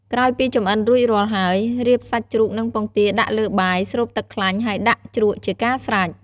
ក្រោយពីចម្អិនរួចរាល់ហើយ រៀបសាច់ជ្រូកនិងពងទាដាក់លើបាយ ស្រូបទឹកខ្លាញ់ ហើយដាក់ជ្រក់ជាការស្រេច។